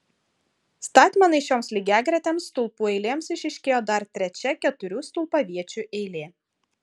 statmenai šioms lygiagretėms stulpų eilėms išryškėjo dar trečia keturių stulpaviečių eilė